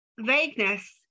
vagueness